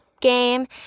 game